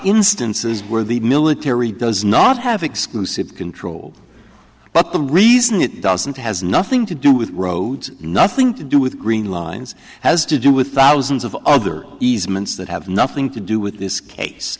instances where the military does not have exclusive control but the reason it doesn't has nothing to do with roads nothing to do with green lines has to do with thousands of other easements that have nothing to do with this case